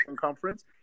Conference